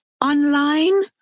online